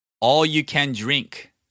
All-you-can-drink